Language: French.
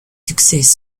succès